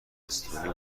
استونی